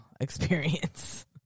experience